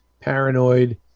paranoid